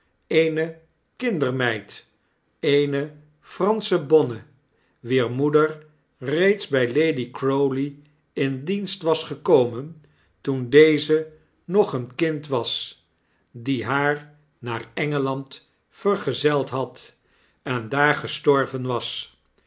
eene kindermeid eene fransche bonne wier moeder reeds by lady crowley in dienst was gekomen toen deze nog een kind was die haar naar e n g eland vergezeld had en daar gestorven was